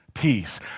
peace